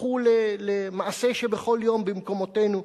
הפכו למעשה שבכל יום במקומותינו,